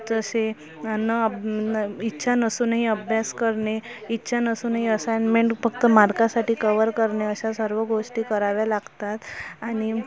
जसे न अभ्या न इच्छा नसूनही अभ्यास करणे इच्छा नसूनही असाइनमेंट फक्त मार्कासाठी कवर करणे अशा सर्व गोष्टी कराव्या लागतात आणि